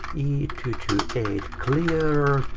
e two two a, clear